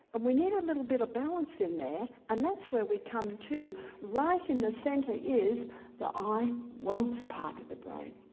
and we need a little bit of balance in there, and that's where we come to right in the center is the i want part of the brain.